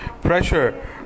pressure